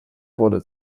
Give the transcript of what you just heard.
wurde